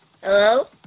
Hello